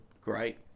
great